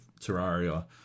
Terraria